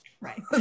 Right